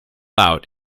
out